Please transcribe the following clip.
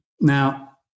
Now